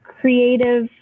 creative